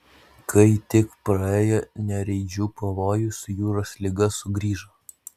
kai tik praėjo nereidžių pavojus jūros liga sugrįžo